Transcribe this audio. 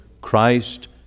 Christ